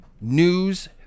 news